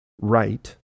right